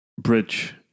Bridge